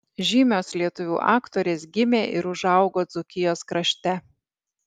žymios lietuvių aktorės gimė ir užaugo dzūkijos krašte